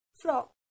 frog